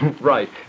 right